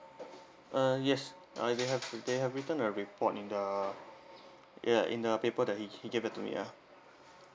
uh yes uh we have the they have written a report in the ya in the paper that he he gave back to me ya